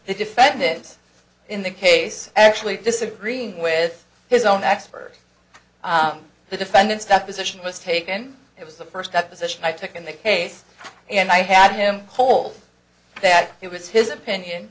the defendant in the case actually disagreeing with his own expert the defendant's deposition was taken it was the first deposition i took in the case and i had him hold that it was his opinion